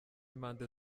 impande